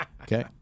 Okay